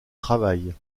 travail